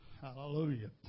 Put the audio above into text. hallelujah